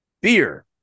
beer